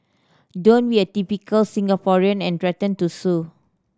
don't be a typical Singaporean and threaten to sue